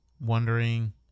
wondering